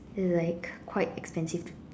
it's like quite expensive